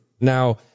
Now